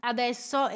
Adesso